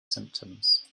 symptoms